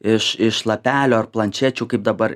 iš iš lapelių ar planšečių kaip dabar